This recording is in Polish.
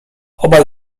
obaj